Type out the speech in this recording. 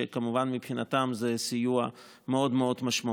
שכמובן מבחינתם זה סיוע מאוד מאוד משמעותי.